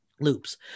loops